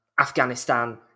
Afghanistan